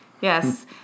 Yes